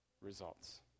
results